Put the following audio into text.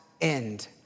end